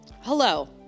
Hello